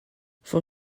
for